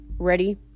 Ready